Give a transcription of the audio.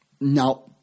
no